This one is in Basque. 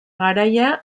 garaia